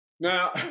Now